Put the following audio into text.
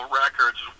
records